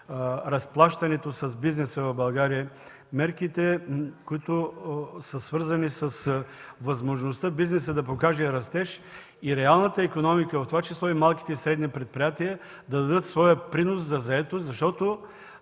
разплащането с бизнеса в България, мерките, свързани с възможността бизнесът да покаже растеж и реалната икономика, в това число малките и средните предприятия, да дадат своя принос за заетост. В